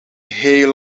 heel